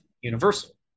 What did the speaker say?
universal